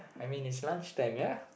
I mean it's lunch time ya